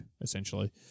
essentially